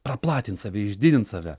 praplatint save išdidint save